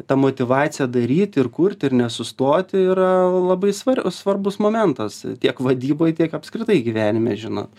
ta motyvacija daryt ir kurt ir nesustoti yra labai svar svarbus momentas tiek vadyboj tiek apskritai gyvenime žinot